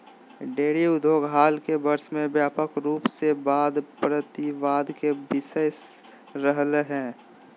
dairy उद्योग हाल के वर्ष में व्यापक रूप से वाद प्रतिवाद के विषय रहलय हें